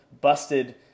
busted